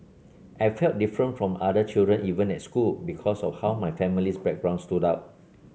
I felt different from other children even at school because of how my family's background stood out